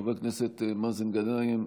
חבר הכנסת מאזן גנאים,